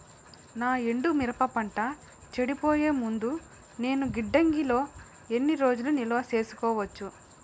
నా ఎండు మిరప పంట చెడిపోయే ముందు నేను గిడ్డంగి లో ఎన్ని రోజులు నిలువ సేసుకోవచ్చు?